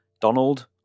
Donald